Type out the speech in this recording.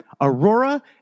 Aurora